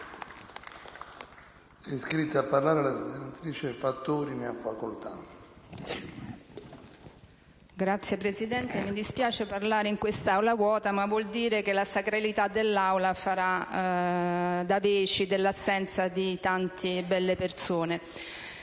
Signor Presidente, mi dispiace parlare in quest'Aula vuota, ma vuol dire che la sacralità dell'Aula farà le veci dell'assenza di tante belle persone.